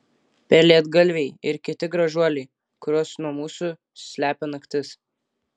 pelėdgalviai ir kiti gražuoliai kuriuos nuo mūsų slepia naktis